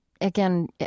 again